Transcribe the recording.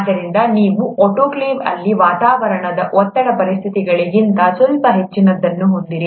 ಆದ್ದರಿಂದ ನೀವು ಆಟೋಕ್ಲೇವ್ ಅಲ್ಲಿ ವಾತಾವರಣದ ಒತ್ತಡದ ಪರಿಸ್ಥಿತಿಗಳಿಗಿಂತ ಸ್ವಲ್ಪ ಹೆಚ್ಚಿನದನ್ನು ಹೊಂದಿದ್ದೀರಿ